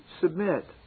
submit